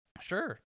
sure